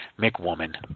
Mcwoman